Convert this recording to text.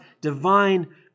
divine